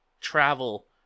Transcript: travel